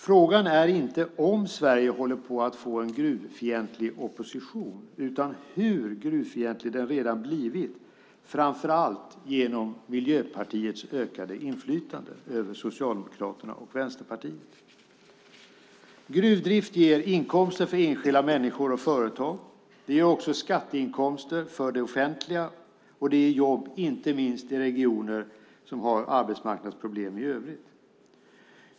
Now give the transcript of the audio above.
Frågan är inte om Sverige håller på att få en gruvfientlig opposition utan hur gruvfientlig den redan har blivit framför allt genom Miljöpartiets ökade inflytande över Socialdemokraterna och Vänsterpartiet. Gruvdrift ger inkomster för enskilda människor och företag. Det ger också skatteinkomster för det offentliga, och det ger jobb inte minst i regioner som har arbetsmarknadsproblem i övrigt.